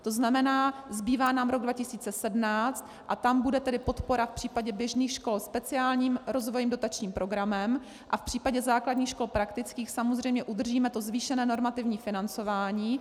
To znamená, zbývá nám rok 2017 a tam bude tedy podpora v případě běžných škol speciálním rozvojovým dotačním programem a v případě základních škol praktických samozřejmě udržíme to zvýšené normativní financování.